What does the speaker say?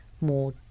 more